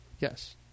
Yes